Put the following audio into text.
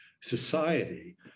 society